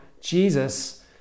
Jesus